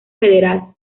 federal